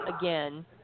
again